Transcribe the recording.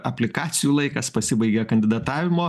aplikacijų laikas pasibaigė kandidatavimo